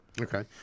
Okay